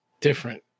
different